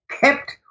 kept